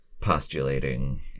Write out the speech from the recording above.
postulating